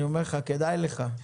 אני אומר לך כדאי לך,